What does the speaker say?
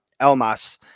Elmas